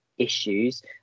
issues